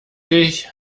dich